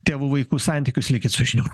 tėvų vaikų santykius likit su žinių